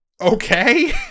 Okay